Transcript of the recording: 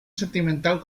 sentimental